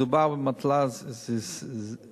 מדובר במטלה סיזיפית,